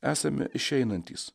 esame išeinantys